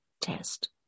test